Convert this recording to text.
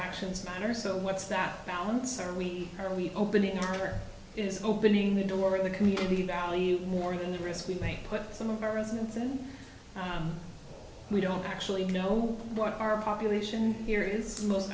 actions matter so what's that balance are we are we opening or is opening the door to the community values more than the risk we may put some of our residents in we don't actually know what our population here is most